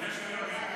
תשתיות.